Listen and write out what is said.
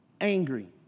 Angry